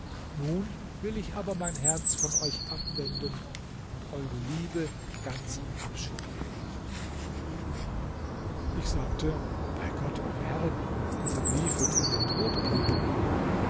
nun will ich aber mein herz von euch abwenden und eure liebe ganz abschütteln ich sagte bei gott meine herrin dieser brief wird ihm den tod geben